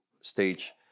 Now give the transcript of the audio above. stage